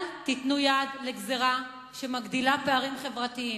אל תיתנו יד לגזירה שמגדילה פערים חברתיים,